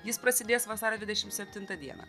jis prasidės vasario dvidešimt septintą dieną